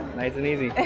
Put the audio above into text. nice and easy.